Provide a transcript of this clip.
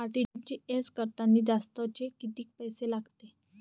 RTGS करतांनी जास्तचे कितीक पैसे लागते?